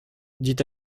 dit